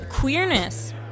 Queerness